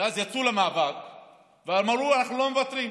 ואז יצאו למאבק ואמרו: אנחנו לא מוותרים.